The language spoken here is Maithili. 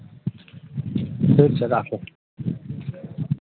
ठीक छै राखू